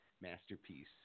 masterpiece